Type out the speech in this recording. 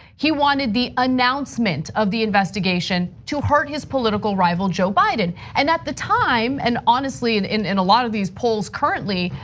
he wanted the announcement of the investigation to hurt his political rival, joe biden. and at the time, and honestly, and in a lot of these polls currently,